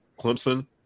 Clemson